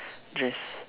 dress